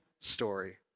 story